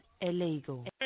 illegal